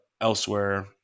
elsewhere